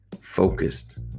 focused